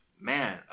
Man